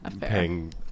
paying